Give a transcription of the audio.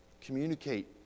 Communicate